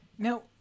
Now